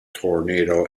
tornado